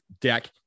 deck